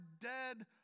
dead